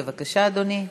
בבקשה, אדוני.